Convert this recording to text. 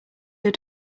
your